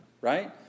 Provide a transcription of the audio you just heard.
Right